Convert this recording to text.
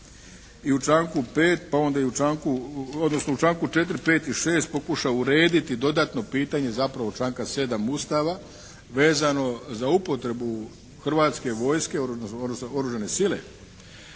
članku 4., 5. i 6., pokuša urediti dodatno pitanje zapravo članka 7. Ustava vezano za upotrebu Hrvatske vojske odnosno oružane sile